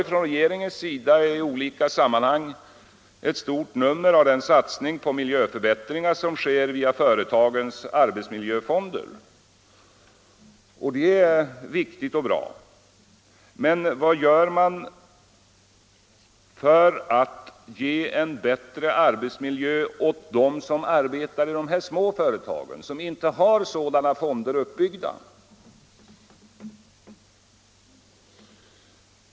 Från regeringens sida gör man i olika sammanhang ett stort nummer av den satsning på miljöförbättringar som sker via företagens arbetsmiljöfonder, och det är viktigt och bra. Men vad gör man för att ge en bättre arbetsmiljö åt dem som arbetar i de småföretag som inte har sådana fonder uppbyggda?